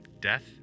death